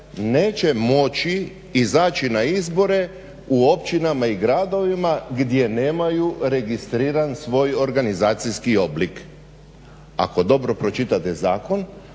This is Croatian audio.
neće moći izaći na izbore u općinama i gradovima gdje nemaju registriran svoj organizacijski oblik. Ako dobro pročitate zakon